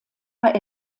war